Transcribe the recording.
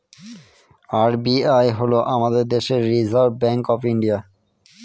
RBI হল আমাদের দেশের রিসার্ভ ব্যাঙ্ক অফ ইন্ডিয়া